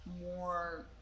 more